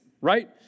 right